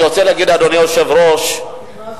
אני רוצה להגיד, אדוני היושב-ראש, רק נכנסתי.